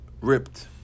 ripped